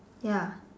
ya